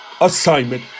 assignment